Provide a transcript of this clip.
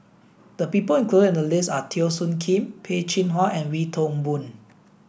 the people included in the list are Teo Soon Kim Peh Chin Hua and Wee Toon Boon